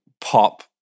pop